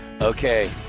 Okay